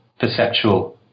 perceptual